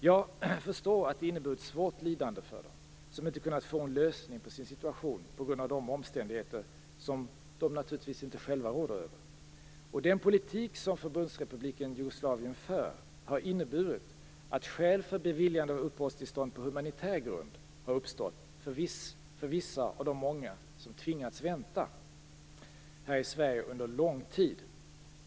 Jag förstår att det inneburit svårt lidande för dem som inte kunnat få en lösning på sin situation på grund av omständigheter som de naturligtvis inte själva råder över. Den politik som Förbundsrepubliken Jugoslavien för har inneburit att skäl för beviljande av uppehållstillstånd på humanitär grund har uppstått för vissa av de många som tvingats vänta här i Sverige under lång tid.